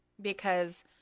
because-